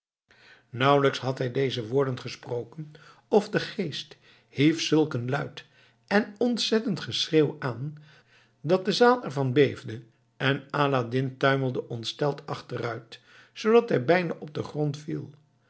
nauwelijks had hij deze woorden gesproken of de geest hief zulk een luid en ontzettend geschreeuw aan dat de zaal ervan beefde en aladdin tuimelde ontsteld achteruit zoodat hij bijna op den grond viel